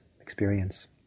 experience